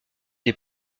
des